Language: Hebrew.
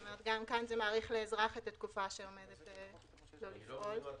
היום יש לו שלושה